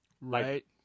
right